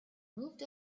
moved